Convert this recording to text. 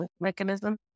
mechanism